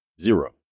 zero